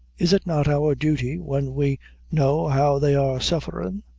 is it not our duty, when we know how they are sufferin'?